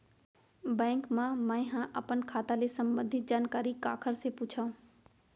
Bank मा मैं ह अपन खाता ले संबंधित जानकारी काखर से पूछव?